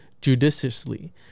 judiciously